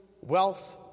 wealth